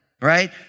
right